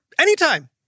anytime